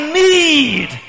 need